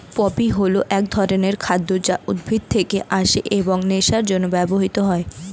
poppy হল এক ধরনের খাদ্য যা উদ্ভিদ থেকে আসে এবং নেশার জন্য ব্যবহৃত হয়